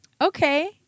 Okay